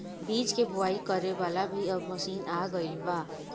बीज के बोआई करे वाला भी अब मशीन आ गईल बा